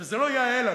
זה לא יאה לנו.